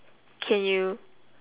can you